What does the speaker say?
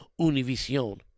Univision